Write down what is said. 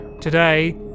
Today